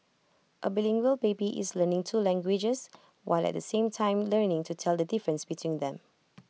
A bilingual baby is learning two languages while at the same time learning to tell the difference between them